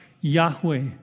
Yahweh